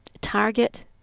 target